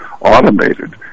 automated